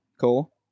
Cool